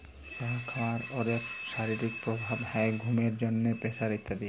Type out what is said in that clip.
চা খাওয়ার অলেক শারীরিক প্রভাব হ্যয় ঘুমের জন্হে, প্রেসার ইত্যাদি